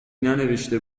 ننوشته